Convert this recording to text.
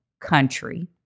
country